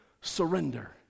surrender